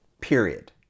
period